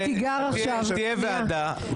תהיה ועדה,